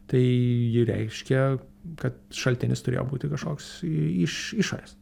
tai ji reiškia kad šaltinis turėjo būti kažkoks i iš išorės